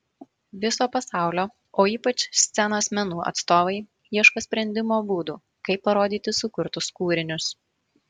viso pasaulio o ypač scenos menų atstovai ieško sprendimo būdų kaip parodyti sukurtus kūrinius